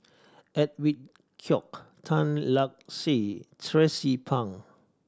Edwin Koek Tan Lark Sye Tracie Pang